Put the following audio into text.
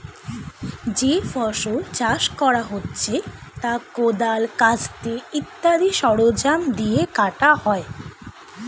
যে ফসল চাষ করা হচ্ছে তা কোদাল, কাস্তে ইত্যাদি সরঞ্জাম দিয়ে কাটা হয়